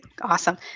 Awesome